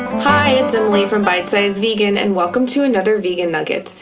hi, it's emily from bite size vegan and welcome to another vegan nugget.